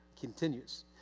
continues